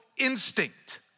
instinct